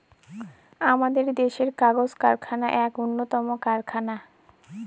আমাদের দেশের কাগজ কারখানা এক উন্নতম কারখানা